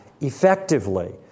effectively